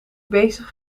bezig